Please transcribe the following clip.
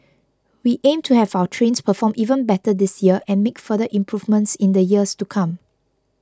we aim to have our trains perform even better this year and make further improvements in the years to come